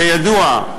כידוע,